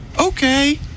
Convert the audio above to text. okay